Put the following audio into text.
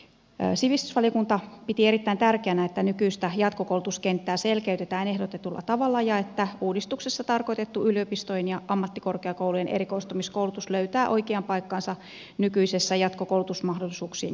sivistysvaliokunta piti erittäin tärkeänä että nykyistä jatkokoulutuskenttää selkeytetään ehdotetulla tavalla ja että uudistuksessa tarkoitettu yliopistojen ja ammattikorkeakoulujen erikoistumiskoulutus löytää oikean paikkansa nykyisessä jatkokoulutusmahdollisuuksien kirjossa